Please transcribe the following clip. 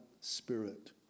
spirit